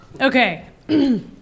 Okay